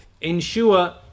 ensure